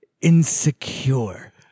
insecure